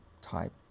type